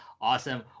awesome